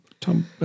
Tom